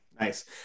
nice